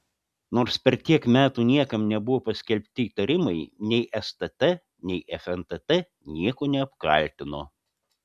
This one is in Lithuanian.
nors per tiek metų niekam nebuvo paskelbti įtarimai nei stt nei fntt nieko neapkaltino